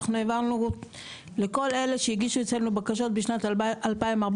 אנחנו העברנו לכל אלה שהגישו אצלנו בקשות בשנת 2014,